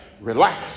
relax